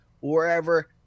wherever